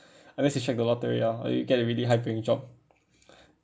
unless you strike the lottery ah or you get a really high paying job